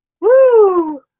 Woo